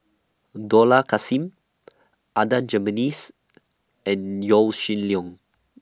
Dollah Kassim Adan Jimenez and Yaw Shin Leong